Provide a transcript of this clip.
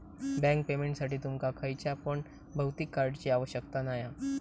bank पेमेंटसाठी तुमका खयच्या पण भौतिक कार्डची आवश्यकता नाय हा